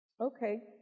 Okay